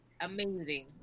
Amazing